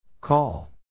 Call